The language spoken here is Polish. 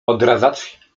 odradzać